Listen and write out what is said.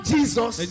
Jesus